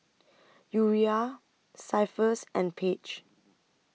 Uriah Cephus and Paige